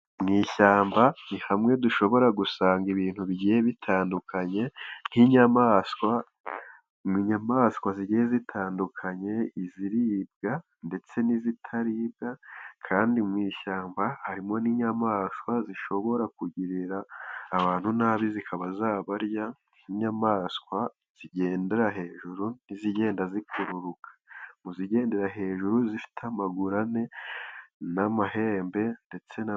Mu ishyamba ni hamwe dushobora gusanga ibintu bigiye bitandukanye nk'inyamaswa. Inyamaswa zigiye zitandukanye, iziribwa ndetse n'izitaribwa, kandi mu ishyamba harimo n'inyamaswa zishobora kugirira abantu nabi zikaba zabarya. Nk' inyamaswa zigendera hejuru ntizigenda zikururuka. Mu zigendera hejuru zifite amaguru ane n'amahembe ndetse.